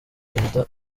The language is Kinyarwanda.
prezida